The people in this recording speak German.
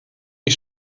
die